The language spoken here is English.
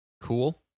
cool